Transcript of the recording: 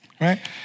right